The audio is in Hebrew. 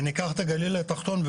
וניקח את הגליל התחתון,